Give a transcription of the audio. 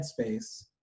headspace